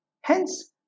Hence